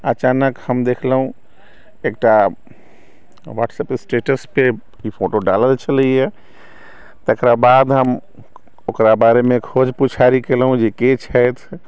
अचानक हम देखलहुँ एकटा व्हाट्सऐप स्टेटसपर ई फोटो डालल छलैए तकरा बाद हम ओकरा बारेमे खोज पुछारी कयलहुँ जे के छथि